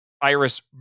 Iris